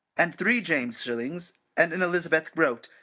and three james shillings, and an elizabeth groat,